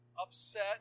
upset